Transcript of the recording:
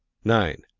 nine.